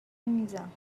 میزم